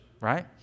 right